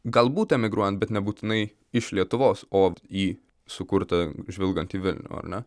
galbūt emigruojant bet ne būtinai iš lietuvos o į sukurtą žvilgantį vilnių ar ne